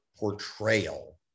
portrayal